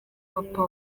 papa